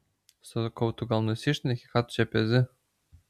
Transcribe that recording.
sakau tu gal nusišneki ką tu čia pezi